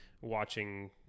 watching